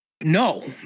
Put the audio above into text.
No